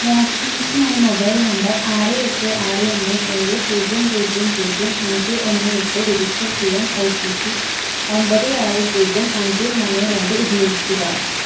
വാക്സിനേഷനായി mobile number ആറ് എട്ട് ആറ് ഒന്ന് ഏഴ് പൂജ്യം പൂജ്യം പൂജ്യം അഞ്ച് ഒന്ന് എട്ട് രജിസ്റ്റർ ചെയ്യാൻ ഒ ടി പി ഒമ്പത് ആറ് പൂജ്യം അഞ്ച് മൂന്ന് രണ്ട് ഉപയോഗിക്കുക